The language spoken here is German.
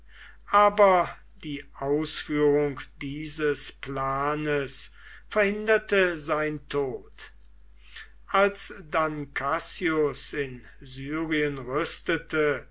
aber die ausführung dieses planes verhinderte sein tod als dann cassius in syrien rüstete